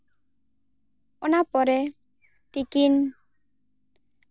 ᱚᱱᱟ ᱯᱚᱨᱮ ᱛᱤᱠᱤᱱ